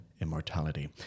immortality